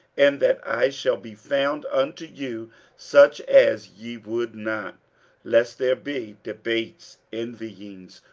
and that i shall be found unto you such as ye would not lest there be debates, envyings,